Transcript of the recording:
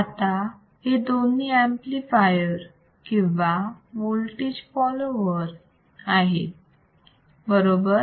आता हे दोन्ही ऍम्प्लिफायर किंवा वोल्टेज फॉलॉवर आहेत बरोबर